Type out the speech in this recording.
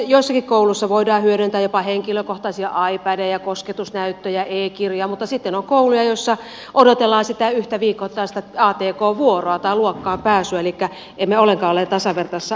joissakin kouluissa voidaan hyödyntää jopa henkilökohtaisia ipadejä ja kosketusnäyttöjä e kirjoja mutta sitten on kouluja joissa odotellaan sitä yhtä viikoittaista atk vuoroa tai luokkaan pääsyä elikkä emme ollenkaan ole tasavertaisessa asemassa